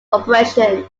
operation